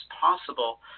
possible